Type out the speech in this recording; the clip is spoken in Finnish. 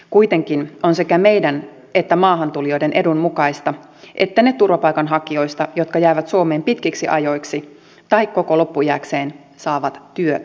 kuitenkin on sekä meidän että maahantulijoiden edun mukaista että ne turvapaikanhakijoista jotka jäävät suomeen pitkiksi ajoiksi tai koko loppuiäkseen saavat työtä